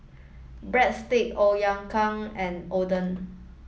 Breadstick and Oden